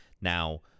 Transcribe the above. Now